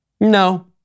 no